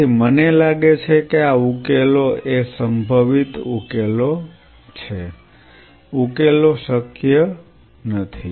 તેથી મને લાગે છે કે આ ઉકેલો એ સંભવિત ઉકેલો છે ઉકેલો શક્ય ઉકેલો નથી